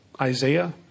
Isaiah